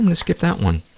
and skip that one,